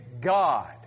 God